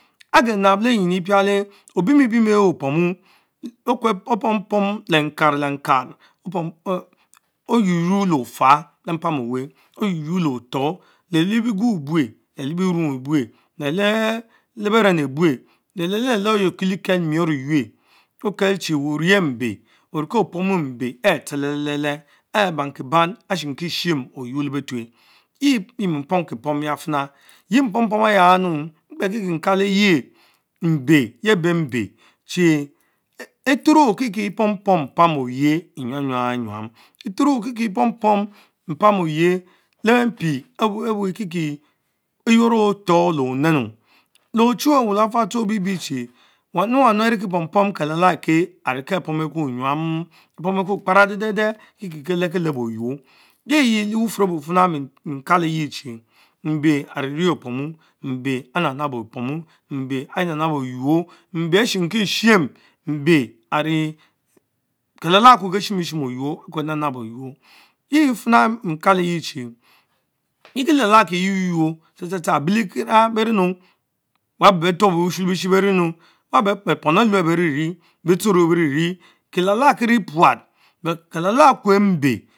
Ageh nab lemyinu prale, obiem-mbiem ehes opomn, opom Pom lee nkarr le karry oynoynor le afah be mpam over, oynoquorr le otor le liebiegun ebue lete bierung ebuch leleh beren abuch, leleh-le-leh ayie on kieliekel nuor eqweta Okeleli well one henh mbe oriekie opomun mbe chh selele-le-leh, ehh banki ban alana Shimkieshim oquo le betweh, tea mi pomkie pomo. ygrafina and yeah mpom porn exials munu mo mkpe Kie nkalemu mbe, vie ep ebeh mbe chie ethuruh kie kie epom pom mpam oyer enyam nyam nyam. Ethnum Kie kie epom pom mpam ore le bempie owen Kiekie eynor otor le onene le ochuwe awe lafal toue Obiebie chie wank wanu anike pom pom kelala eken aree ke apom eku enyam kparadeh dehdeh Kie kie kelebki lehbo oquor, yi-yie lebufum Obu fina mie nealeye chie mbe ariene opomu, mbe amab-nab opomni mbe anab- nab oynar, mbe anh ghimkie- Shim, mbe arie Kelala okue Kiesnimishime, Kenabnas Oymor yie fina mie Kalee yie Chie, le Kielala akieyie eywaynor, Abi le kiera, berienhu, waben ben tuobo ushu lebishi beh-vienu, beh pom leluel benèrie bitesoro bierierie Kelalah kie rie puat, but Kelalah akue mbe.